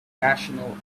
national